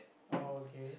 oh okay